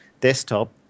desktop